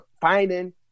finding